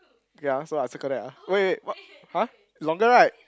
okay ah so I will circle that ah wait wait wait what !huh! is longer right